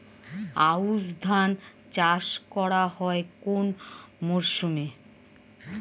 আউশ ধান চাষ করা হয় কোন মরশুমে?